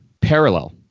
Parallel